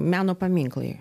meno paminklai